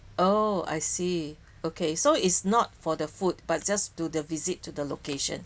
oh I see okay so it's not for the food but just to the visit to the location